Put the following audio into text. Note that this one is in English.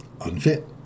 unfit